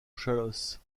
chalosse